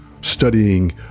studying